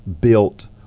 built